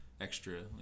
extra